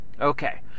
okay